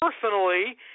personally